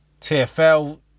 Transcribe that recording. TFL